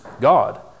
God